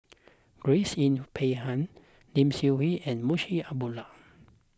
Grace Yin Peck Ha Lim Seok Hui and Munshi Abdullah